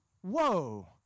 Whoa